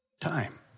time